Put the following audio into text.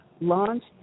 launched